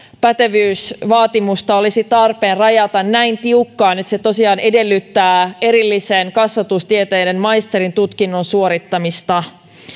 pätevyysvaatimusta olisi tarpeen rajata näin tiukkaan että se tosiaan edellyttää erillisen kasvatustieteiden maisterin tutkinnon suorittamista